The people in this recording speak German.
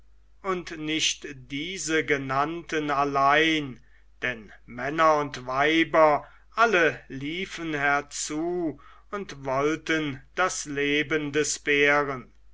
und nicht diese genannten allein denn männer und weiber alle liefen herzu und wollten das leben des bären